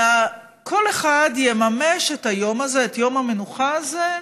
אלא כל אחד יממש את היום הזה, את יום המנוחה הזה,